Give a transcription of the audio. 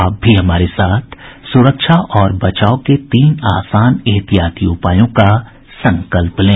आप भी हमारे साथ सुरक्षा और बचाव के तीन आसान एहतियाती उपायों का संकल्प लें